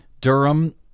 Durham